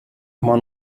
immer